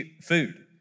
food